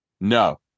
No